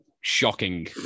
Shocking